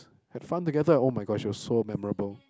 had fun together [oh]-my-gosh it was so memorable